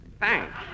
Thanks